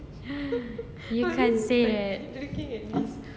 you can't say it